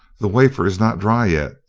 the wafer is not dry yet,